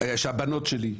שהבנות שלי,